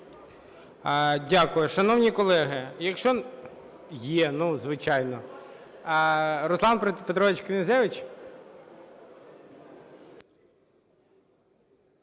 Дякую. Шановні колеги, якщо… Є. Ну, звичайно. Руслан Петрович Князевич.